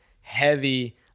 heavy